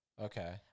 Okay